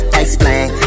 explain